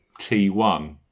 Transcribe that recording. T1